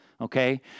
okay